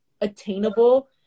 attainable